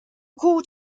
court